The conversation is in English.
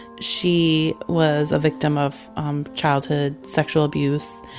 she was a victim of um childhood sexual abuse.